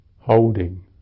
holding